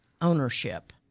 ownership